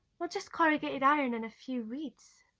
well, just corrugated iron and a few weeds.